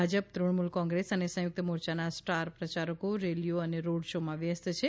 ભાજપ તૃણમૂલ કોંગ્રેસ અને સંયુક્ત મોરચાના સ્ટાર પ્રચારકો રેલીઓ અને રોડ શોમાં વ્યસ્ત છે